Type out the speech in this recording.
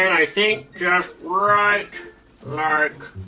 i think just right like